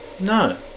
No